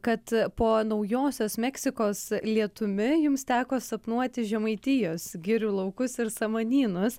kad po naujosios meksikos lietumi jums teko sapnuoti žemaitijos girių laukus ir samanynus